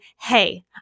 hey